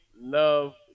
love